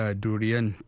durian